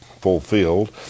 fulfilled